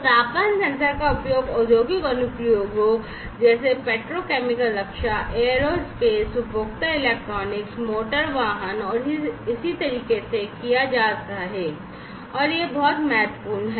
तापमान सेंसर का उपयोग औद्योगिक अनुप्रयोगों जैसे पेट्रोकेमिकल रक्षा एयरोस्पेस उपभोक्ता इलेक्ट्रॉनिक्स मोटर वाहन और इसी तरह से किया जाता है और ये बहुत महत्वपूर्ण हैं